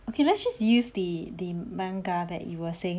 okay let's just use the the manga that you were saying